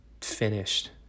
finished